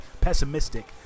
pessimistic